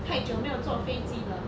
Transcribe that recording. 太久没有坐飞机了